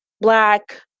black